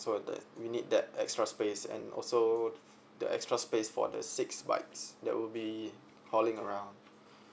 so that we need that extra space and also the extra space for the six bikes that we'll be hauling around